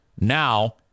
Now